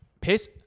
piss